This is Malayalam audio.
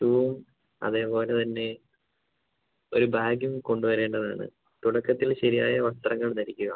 ഷൂവും അതേപോലെത്താന്നെ ഒരു ബാഗും കൊണ്ടുവരേണ്ടതാണ് തുടക്കത്തിൽ ശരിയായ വസ്ത്രങ്ങൾ ധരിക്കുക